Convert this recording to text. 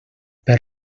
per